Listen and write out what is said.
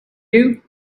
you